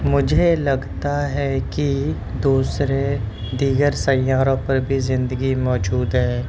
مجھے لگتا ہے کہ دوسرے دیگر سیاروں پر بھی زندگی موجود ہے